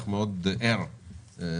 הזה.